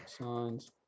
signs